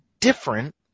different